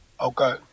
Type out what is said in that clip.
Okay